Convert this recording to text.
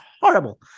horrible